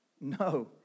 No